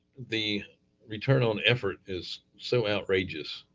the return on effort is so outrageous.